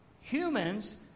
Humans